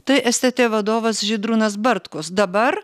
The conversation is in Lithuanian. tai stt vadovas žydrūnas bartkus dabar